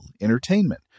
entertainment